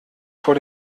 vor